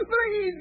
Please